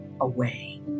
away